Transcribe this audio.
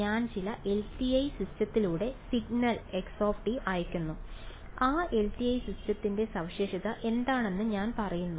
ഞാൻ ചില LTI സിസ്റ്റത്തിലൂടെ സിഗ്നൽ x അയയ്ക്കുന്നു ആ LTI സിസ്റ്റത്തിന്റെ സവിശേഷത എന്താണെന്ന് ഞാൻ പറയുന്നു